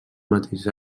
mateix